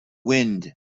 wind